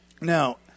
Now